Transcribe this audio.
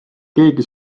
keegi